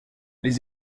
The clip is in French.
les